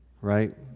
right